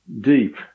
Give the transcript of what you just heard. deep